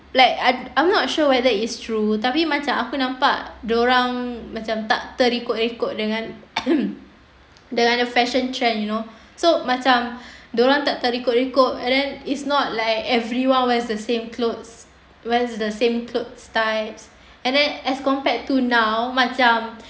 like I'm I'm not sure whether it's true tapi macam aku nampak dia orang macam tak terikut-ikut dengan dengan the fashion trend you know so macam dia orang tak terikut-ikut and then it's not like everyone wears the same clothes wears the same clothes types and then as compared to now macam